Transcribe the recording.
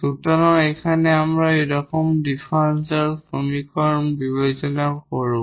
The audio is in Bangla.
সুতরাং এখানে আমরা এইরকম একটি ডিফারেনশিয়াল সমীকরণ বিবেচনা করব